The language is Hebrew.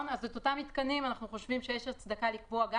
אנחנו חושבים שלאותם מתקנים יש הצדקה לקבוע גם